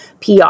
PR